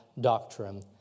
doctrine